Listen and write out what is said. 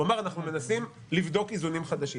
הוא אמר: אנחנו מנסים לבדוק איזונים חדשים.